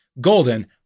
Golden